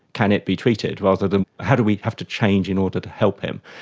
can it be treated', rather than how do we have to change in order to help him?